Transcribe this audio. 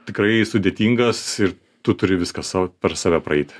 tikrai sudėtingas ir tu turi viską sau per save praeiti